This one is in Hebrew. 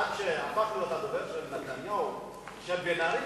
עד שהפך להיות הדובר של נתניהו ושל בן-ארי,